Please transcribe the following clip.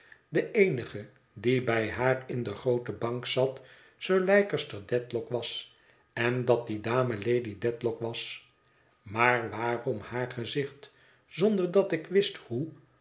de eenige die bij haar in de groote bank zat sir leicester dedlock was en dat die dame lady dedlock was maar waarom haar gezicht zonder dat ik wist hoe